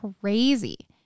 crazy